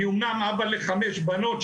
אני אמנם אבא לחמש בנות,